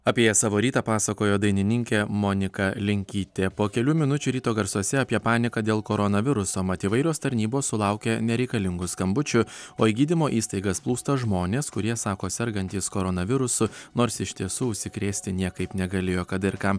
apie savo rytą pasakojo dainininkė monika linkytė po kelių minučių ryto garsuose apie paniką dėl koronaviruso mat įvairios tarnybos sulaukė nereikalingų skambučių o į gydymo įstaigas plūsta žmonės kurie sako sergantys koronavirusu nors iš tiesų užsikrėsti niekaip negalėjo kad ir kam